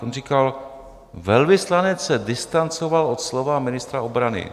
On říkal: Velvyslanec se distancoval od slova ministra obrany.